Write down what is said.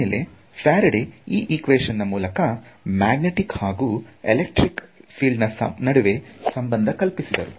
ಆಮೇಲೆ ಫ್ಯಾರಡೇ ಈ ಈಕ್ವೇಶನ್ ಮೂಲಕ ಮ್ಯಾಗ್ನೆಟಿಕ್ ಹಾಗೂ ಎಲಕ್ಟ್ರಿಕ್ ಫೀಲ್ಡ್ ನ ನಡುವೆ ಸಂಬಂದ ಕಲ್ಪಿಸಿದರು